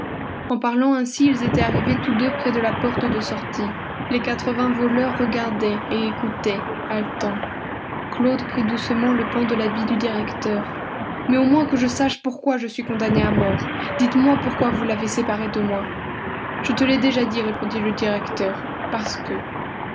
en parlant ainsi ils étaient arrivés tous deux près de la porte de sortie les quatrevingts voleurs regardaient et écoutaient haletants claude prit doucement le pan de l'habit du directeur mais au moins que je sache pourquoi je suis condamné à mort dites-moi pourquoi vous l'avez séparé de moi je te l'ai déjà dit répondit le directeur parce que